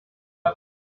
tard